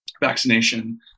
vaccination